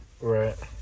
Right